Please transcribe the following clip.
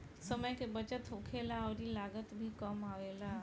समय के बचत होखेला अउरी लागत भी कम आवेला